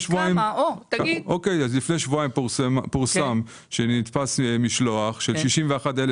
לפני שבועיים פורסם שנתפס משלוח של 61,0000